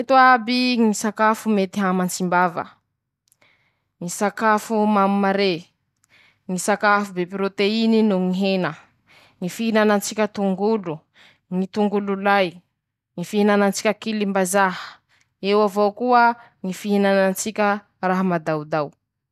Ñy sakafo maray azotsika safily lafa tsika ro malisa ro ara-pahasalama eo mety aminy ñy fahasalama-tsika :ñy soso, soso o afaky asiatsika traka eo ataotsika samborikaly traka na ataotsika samborikaly tamatesy, asia-tsika potikena na asia-tsika bolihena, afaky asia-tsika ati-kena koa ;manahaky anizay ñy fihinanan-tsika vare, lafa tsika ro baky nihinam-bary iñe, afaky asiatsika voankazo kelikely.